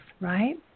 right